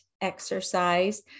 exercise